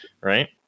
right